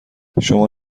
شما